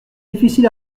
difficile